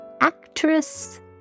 actress